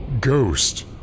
ghost